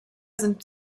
sind